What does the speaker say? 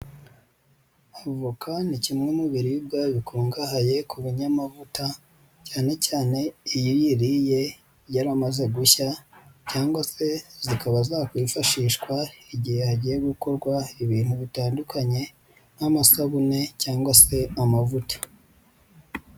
Avoka ni kimwe mu biribwa bikungahaye ku banyamavuta cyane cyane iyo uyiriye yaramaze gushya cyangwa se zikaba zakwifashishwa igihe hagiye gukorwa ibintu bitandukanye nk'amasabune cyangwa se amavuta.